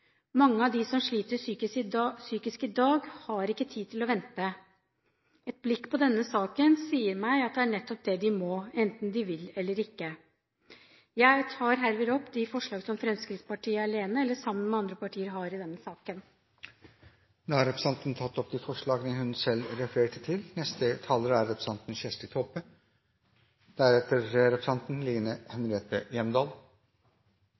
Mange av dem som sliter psykisk i dag, har ikke tid til å vente. Et blikk på denne saken sier meg at det er nettopp det de må, enten de vil eller ikke. Jeg tar herved opp de forslagene som Fremskrittspartiet alene eller sammen med andre har i denne saken, de forslagene vi er med på som ikke allerede er tatt opp. Representanten Kari Kjønaas Kjos har tatt opp de forslagene hun refererte til.